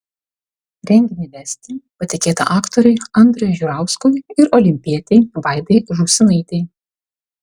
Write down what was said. renginį vesti patikėta aktoriui andriui žiurauskui ir olimpietei vaidai žūsinaitei